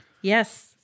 Yes